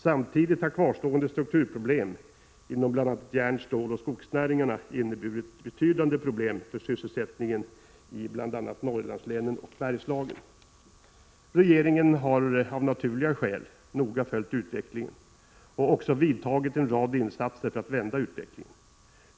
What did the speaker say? Samtidigt har kvarstående strukturproblem inom bl.a. järn-, ståloch skogsnäringarna inneburit betydande problem för sysselsättningen i bl.a. Norrlandslänen och Bergslagen. Regeringen har av naturliga skäl noga följt utvecklingen och också gjort en rad insatser för att vända utvecklingen.